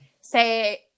say